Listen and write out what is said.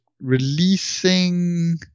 releasing